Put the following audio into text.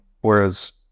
whereas